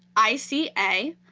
i c a.